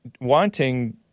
Wanting